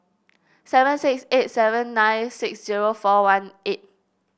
seven six eight seven nine six zero four one eight